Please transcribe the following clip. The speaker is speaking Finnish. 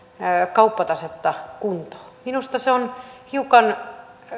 kauppatasetta kuntoon minusta se on hiukan